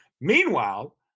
Meanwhile